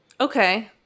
Okay